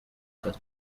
kazi